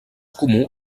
comú